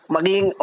maging